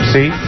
See